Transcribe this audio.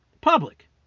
public